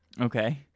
Okay